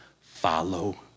Follow